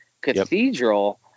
Cathedral